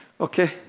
Okay